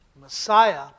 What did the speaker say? Messiah